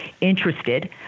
interested